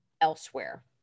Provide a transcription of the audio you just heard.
elsewhere